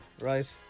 Right